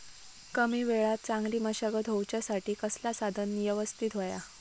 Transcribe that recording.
कमी वेळात चांगली मशागत होऊच्यासाठी कसला साधन यवस्तित होया?